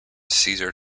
caesar